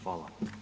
Hvala.